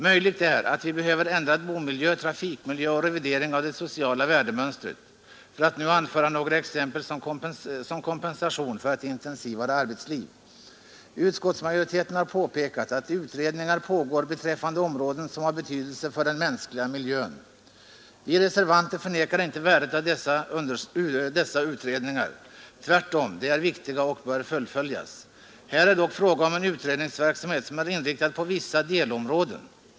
Möjligt är att vi behöver ändrad bomiljö och trafikmiljö samt en revidering av det sociala värdemönstret, för att nu anföra några exempel, som kompensation för ett intensivare arbetsliv. Utskottsmajoriteten har påpekat att utredningar pågår beträffande områden som har betydelse för den mänskliga miljön. Vi reservanter förnekar inte värdet av dessa utredningar. Tvärtom, de är viktiga och bör fullföljas. Här är dock fråga om en utredningsverksamhet som är inriktad på vissa delområden.